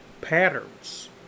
patterns